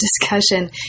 discussion